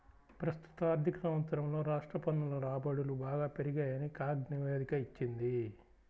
ప్రస్తుత ఆర్థిక సంవత్సరంలో రాష్ట్ర పన్నుల రాబడులు బాగా పెరిగాయని కాగ్ నివేదిక ఇచ్చింది